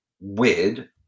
weird